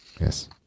Yes